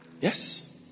Yes